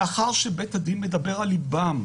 לאחר שבית הדין מדבר על ליבם,